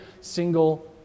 single